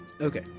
Okay